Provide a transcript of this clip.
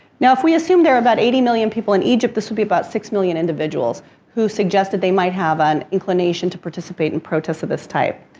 now, if we assume there are about eighty million people in egypt, this would be about six million individuals who suggested they might have an inclination to participate in protests of this type.